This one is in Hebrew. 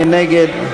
מי נגד?